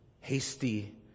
hasty